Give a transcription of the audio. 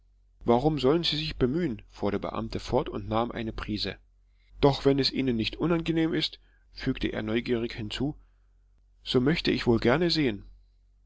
warum sollen sie sich bemühen fuhr der beamte fort und nahm eine prise doch wenn es ihnen nicht unangenehm ist fügte er neugierig hinzu so möchte ich wohl gerne sehen